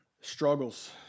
struggles